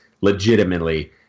legitimately